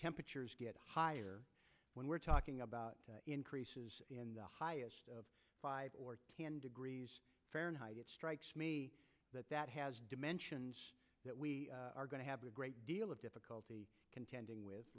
temperatures get higher when we're talking about increases in the highest of five or ten degrees fahrenheit it strikes me that that has dimensions that we are going to have a great deal of difficulty contending with